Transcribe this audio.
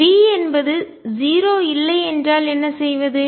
V என்பது 0 இல்லை என்றால் என்ன செய்வது